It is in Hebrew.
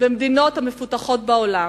במדינות המפותחות בעולם.